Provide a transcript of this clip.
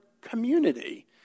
community